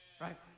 right